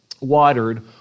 watered